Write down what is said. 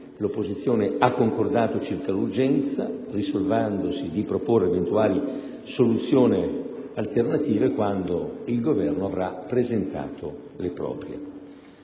l'opposizione ha concordato circa l'urgenza, riservandosi di proporre eventuali soluzioni alternative quando il Governo avrà presentato le proprie.